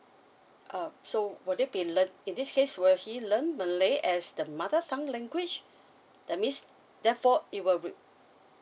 uh so what it be learned in this case where he learn malay as the mother tongue language that means therefore it will